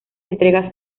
entrega